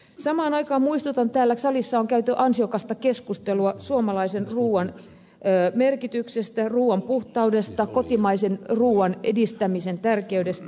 samaan aikaan muistutan että täällä salissa on käyty ansiokasta keskustelua suomalaisen ruuan merkityksestä ruuan puhtaudesta kotimaisen ruuan edistämisen tärkeydestä